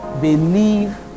believe